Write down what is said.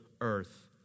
earth